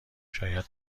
شاید